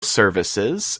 services